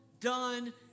done